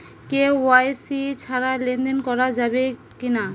KYC ছাড়া লেনদেন করা যাবে কিনা?